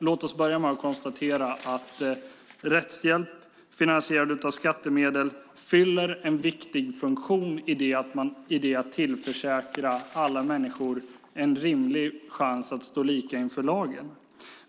Låt oss börja med att konstatera att rättshjälp finansierad av skattemedel fyller en viktig funktion för att tillförsäkra alla människor en rimlig chans att stå lika inför lagen.